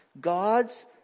God's